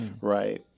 right